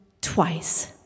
twice